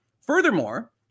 Furthermore